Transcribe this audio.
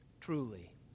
truly